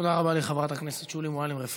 תודה רבה לחברת הכנסת שולי מועלם-רפאלי.